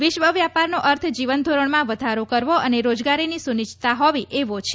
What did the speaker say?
વિશ્વ વ્યાપારનો અર્થ જીવન ધોરણમાં વધારો કરવો અને રોજગારીની સુનિશ્ચિતા હોવી એવો છે